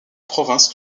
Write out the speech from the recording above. province